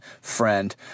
friend